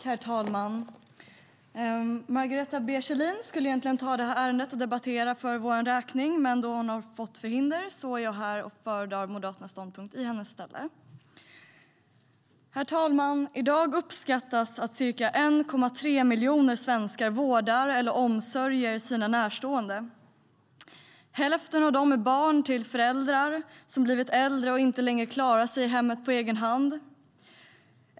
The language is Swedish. Herr talman! Margareta B Kjellin skulle egentligen ha debatterat detta ärende för vår räkning, men då hon har fått förhinder är jag här och föredrar Moderaternas ståndpunkt i hennes ställe. Herr talman! I dag uppskattar man att ca 1,3 miljoner svenskar vårdar eller ger omsorg till sina närstående. Hälften av dem är barn till föräldrar som har blivit äldre och inte längre klarar sig i hemmet på egen hand.